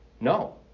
No